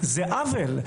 זה עוול.